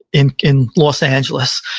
in in los angeles,